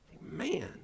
Man